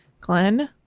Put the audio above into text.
Glenn